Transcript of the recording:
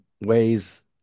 ways